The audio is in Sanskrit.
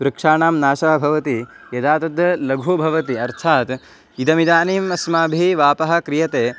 वृक्षाणां नाशः भवति यदा तद् लघु भवति अर्थात् इदमिदानीम् अस्माभिः वापः क्रियते